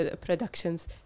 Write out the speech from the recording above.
productions